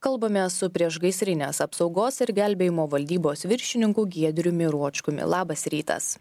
kalbame su priešgaisrinės apsaugos ir gelbėjimo valdybos viršininku giedriumi ročkumi labas rytas